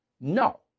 No